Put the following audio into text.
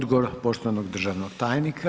Odgovor poštovanog državnog tajnika.